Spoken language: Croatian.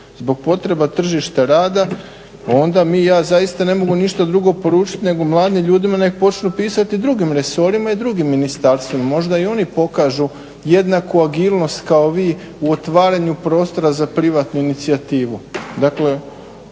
zbog potreba tržišta rada, onda ja zaista ne mogu ništa drugo poručiti nego mladim ljudima nek počnu pisati o drugim resorima i drugim ministarstvima. Možda i oni pokažu jednaku agilnost kao vi u otvaranju prostora za privatnu inicijativu. Dakle,